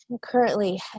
currently